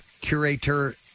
curator